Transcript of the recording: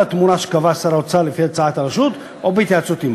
התמורה שקבע שר האוצר לפי הצעת הרשות או בהתייעצות עמה,